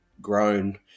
grown